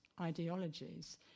ideologies